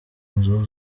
nzu